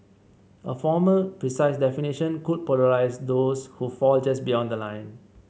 a formal precise definition could polarise those who fall just beyond the line